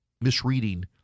misreading